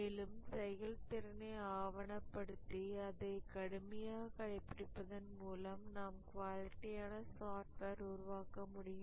மேலும் செயல்திறனை ஆவணப்படுத்தி அதை கடுமையாக கடைபிடிப்பதன் மூலம் நாம் குவாலிட்டியான சாஃப்ட்வேர் உருவாக்க முடியும்